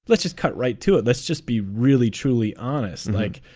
let's just cut right to it, let's just be really, truly honest. like,